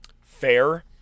Fair